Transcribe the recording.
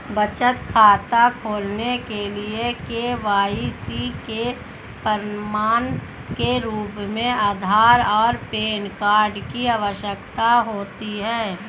बचत खाता खोलने के लिए के.वाई.सी के प्रमाण के रूप में आधार और पैन कार्ड की आवश्यकता होती है